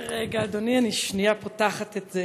רגע, אדוני, אני שנייה פותחת את זה.